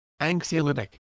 anxiolytic